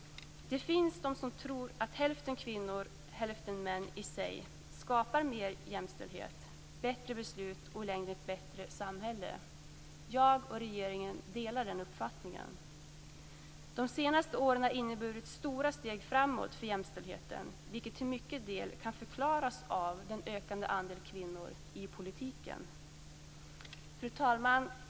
Det finns de som tror att hälften kvinnor hälften män i sig skapar mer jämställdhet, bättre beslut och i längden ett bättre samhälle. Jag och regeringen delar den uppfattningen. De senaste åren har inneburit stora steg framåt för jämställdheten, vilket till stor del kan förklaras av den ökande andelen kvinnor i politiken. Fru talman!